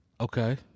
Okay